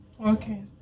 Okay